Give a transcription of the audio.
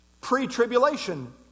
pre-tribulation